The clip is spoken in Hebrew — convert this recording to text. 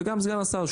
וגם את סגן השר,